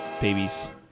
babies